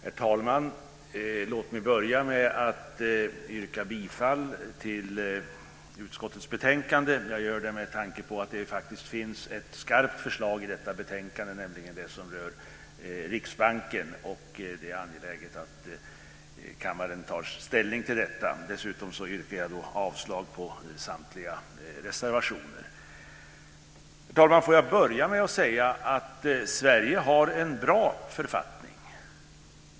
Herr talman! Låt mig börja med att yrka bifall till förslaget i utskottets betänkande. Jag gör det med tanke på att det faktiskt finns ett skarpt förslag i detta betänkande, nämligen det som rör Riksbanken. Det är angeläget att kammaren tar ställning till detta. Dessutom yrkar jag avslag på samtliga reservationer. Herr talman! Sverige har en bra författning.